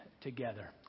together